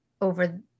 over